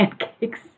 pancakes